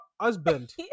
husband